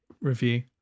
review